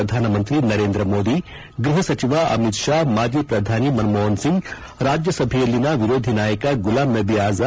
ಪ್ರಧಾನಮಂತ್ರಿ ನರೇಂದ್ರ ಮೋದಿ ಗೃಹ ಸಚಿವ ಅಮಿತ್ ಶಾ ಮಾಜಿ ಪ್ರಧಾನಿ ಮನ ಮೋಹನ್ ಒಂಗ್ ರಾಜ್ಯ ಸಭೆಯಲ್ಲಿನ ವಿರೋಧಿ ನಾಯಕ ಗುಲಾಂ ನಬಿ ಆಜಾ